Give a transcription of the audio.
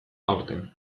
aurten